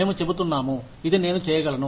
మేము చెబుతున్నాము ఇది నేను చేయగలను